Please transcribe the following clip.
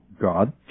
God